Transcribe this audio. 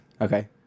Okay